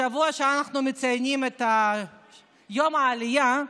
בשבוע שבו אנחנו מציינים את יום העלייה,